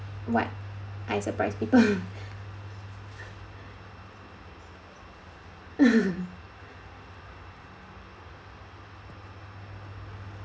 what I surprise people